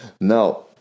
now